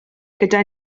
gyda